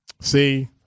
See